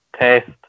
Test